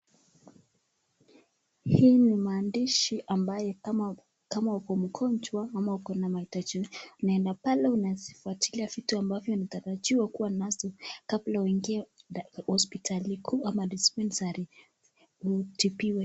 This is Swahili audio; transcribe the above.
Hii ni maandishi ambaye ama kama uko mgonjwa, ama uko na mahitaji. Unaenda pale unazifuatilia vitu ambavyo utarajiwa kuwa nazo kabla uingie hospitali kuu ama [dispensary] utibiwe